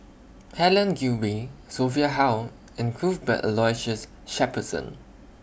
Helen Gilbey Sophia Hull and Cuthbert Aloysius Shepherdson